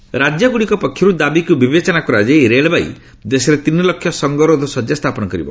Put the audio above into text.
ରେଳବାଇ Covid ରାଜ୍ୟଗୁଡ଼ିକ ପକ୍ଷରୁ ଦାବିକୁ ବିବେଚନା କରାଯାଇ ରେଳବାଇ ଦେଶରେ ତିନି ଲକ୍ଷ ସଙ୍ଗରୋଧ ଶଯ୍ୟା ସ୍ଥାପନ କରିବ